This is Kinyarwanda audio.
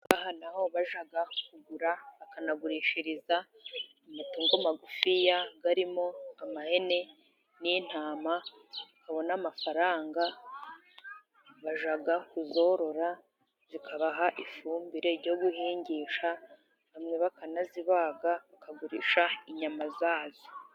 Aha ni aho bajya kugura bakanagurishiriza amatungo magufiya, arimo ihene n'intama. Babona amafaranga bajya kuzorora zikabaha ifumbire yo guhingisha, bamwe bakanazibaga bakagurisha inyama zazo.